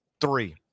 Three